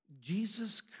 Jesus